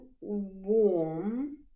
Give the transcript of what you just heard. warm